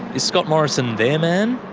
is scott morrison their man?